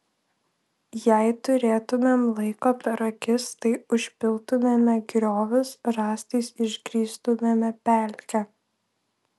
jei turėtumėm laiko per akis tai užpiltumėme griovius rąstais išgrįstumėme pelkę